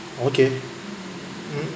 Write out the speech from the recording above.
okay mm